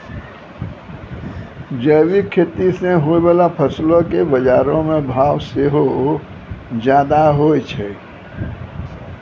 जैविक खेती से होय बाला फसलो के बजारो मे भाव सेहो ज्यादा होय छै